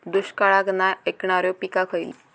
दुष्काळाक नाय ऐकणार्यो पीका खयली?